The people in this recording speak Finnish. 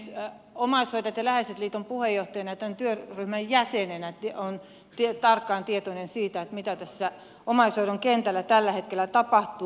omaishoitajat ja läheiset liiton puheenjohtajana ja tämän työryhmän jäsenenä olen tarkkaan tietoinen siitä mitä omaishoidon kentällä tällä hetkellä tapahtuu